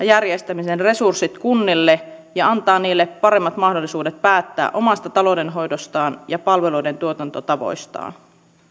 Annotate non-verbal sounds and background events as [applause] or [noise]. [unintelligible] järjestämisen resurssit kunnille ja antaa niille paremmat mahdollisuudet päättää omasta taloudenhoidostaan ja palveluiden tuotantotavoistaan